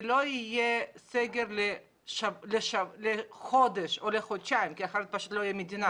זה לא יהיה סגר לחודש או לחודשיים כי אחרת פשוט לא תהיה מדינה.